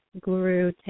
guru